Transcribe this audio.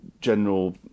general